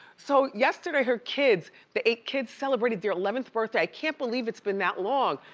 so yesterday, her kids, the eight kids celebrated their eleventh birthday. i can't believe it's been that long.